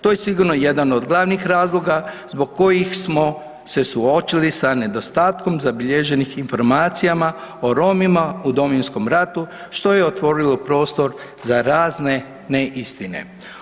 To je sigurno jedan od glavnih razloga zbog koji smo se suočili sa nedostatkom zabilježenih informacijama o Romima u Domovinskom ratu što je otvorilo prostor za razne neistine.